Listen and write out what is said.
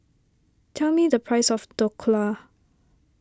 tell me the price of Dhokla